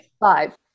five